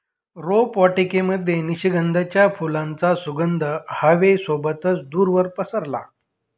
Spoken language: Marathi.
रोपवाटिकेमध्ये निशिगंधाच्या फुलांचा सुगंध हवे सोबतच दूरवर पसरला